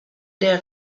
der